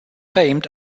famed